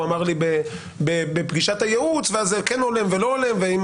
אמר לי בפגישת הייעוץ ואז זה כן הולם ולא הולם או אם